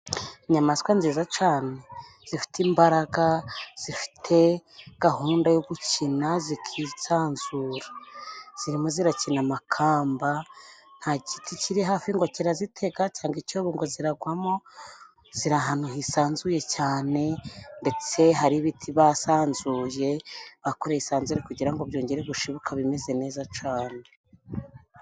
Inyamaswa nziza cyane zifite imbaraga, zifite gahunda yo gukina zikisanzura, zirimo zirakina amakamba nta giti kiri hafi ngo kirazitega cyangwa icyobo ngo ziragwamo. Ziri ahantu hisanzuye cyane ndetse hari ibiti basanzuye bakoreye isanzure, kugira ngo byongere gushibuka bimeze neza cyane.